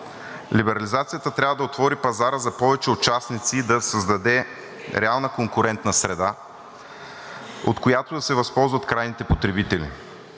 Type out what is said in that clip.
Либерализацията трябва да отвори пазара за повече участници и да създаде реална конкурентна среда, от която да се възползват крайните потребители.